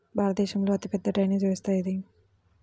భారతదేశంలో అతిపెద్ద డ్రైనేజీ వ్యవస్థ ఏది?